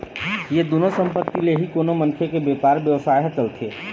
ये दुनो संपत्ति ले ही कोनो मनखे के बेपार बेवसाय ह चलथे